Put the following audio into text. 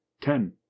Ten